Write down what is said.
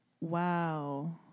Wow